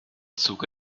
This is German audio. zuge